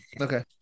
Okay